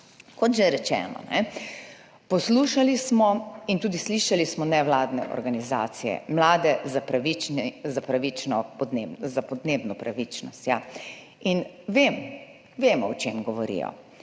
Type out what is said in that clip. Kot že rečeno, poslušali smo in tudi slišali smo nevladne organizacije, Mladi za podnebno pravičnost, in vemo, o čem govorijo.